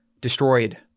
destroyed